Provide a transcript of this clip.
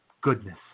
goodness